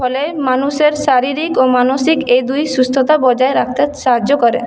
ফলে মানুষের শারীরিক ও মানসিক এই দুই সুস্থতা বজায় রাখতে সাহায্য করে